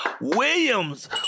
Williams